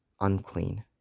unclean